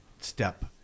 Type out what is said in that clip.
step